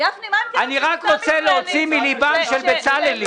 אני רק רוצה להוציא מליבם של בצלאלים,